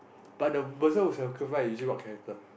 but the person who is your usually what character